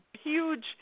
huge